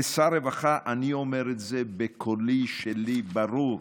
כשר הרווחה אני אומר את זה בקולי שלי ברור: